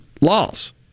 Laws